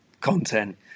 content